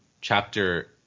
chapter